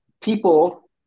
people